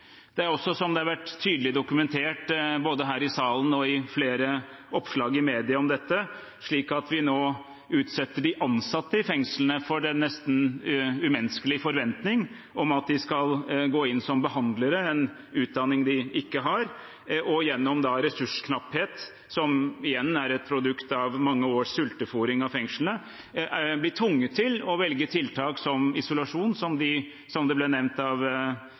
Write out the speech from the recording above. Det er også, noe som har vært tydelig dokumentert både her i salen og i flere oppslag i media om dette, slik at vi nå utsetter de ansatte i fengslene for en nesten umenneskelig forventning om at de skal gå inn som behandlere, noe de ikke har utdanning til, og på grunn av ressursknapphet, som igjen er et produkt av mange års sultefôring av fengslene. De ansatte blir tvunget til å velge tiltak som isolasjon, som de – slik det ble nevnt av